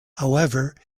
however